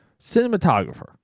cinematographer